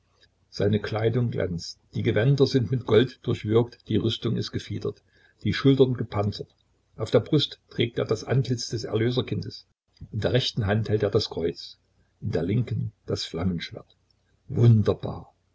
seine kleidung glänzt die gewänder sind mit gold durchwirkt die rüstung ist gefiedert die schultern gepanzert auf der brust trägt er das antlitz des erlöserkindes in der rechten hand hält er das kreuz in der linken das flammenschwert wunderbar